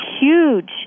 huge